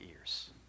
ears